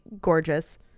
gorgeous